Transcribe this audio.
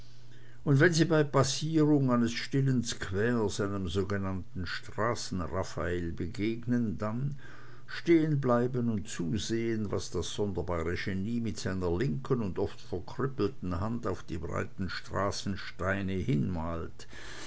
und wenn sie bei passierung eines stillen squares einem sogenannten straßen raffael begegnen dann stehenbleiben und zusehen was das sonderbare genie mit seiner linken und oft verkrüppelten hand auf die breiten straßensteine hinmalt